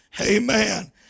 Amen